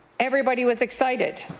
everybody was excited,